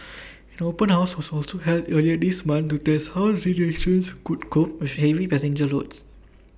an open house was also held earlier this month to test how the stations would cope with heavy passenger loads